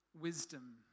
wisdom